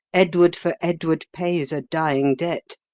edward for edward pays a dying debt.